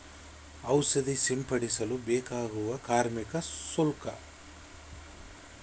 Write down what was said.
ಔಷಧಿ ಸಿಂಪಡಿಸಲು ಬೇಕಾಗುವ ಕಾರ್ಮಿಕ ಶುಲ್ಕ?